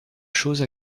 chose